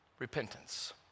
Repentance